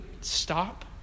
stop